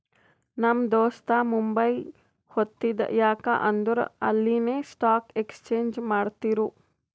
ನಮ್ ದೋಸ್ತ ಮುಂಬೈಗ್ ಹೊತ್ತಿದ ಯಾಕ್ ಅಂದುರ್ ಅಲ್ಲಿನೆ ಸ್ಟಾಕ್ ಎಕ್ಸ್ಚೇಂಜ್ ಮಾಡ್ತಿರು